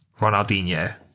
Ronaldinho